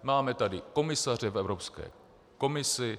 Máme tady komisaře v Evropské komisi.